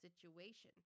situation